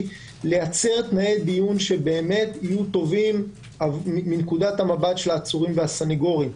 לייצר תנאי דיון שיהיו טובים מנקודת המבט של העצורים והסנגורים.